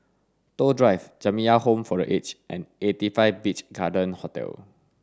Toh Drive Jamiyah Home for the Aged and eighty five Beach Garden Hotel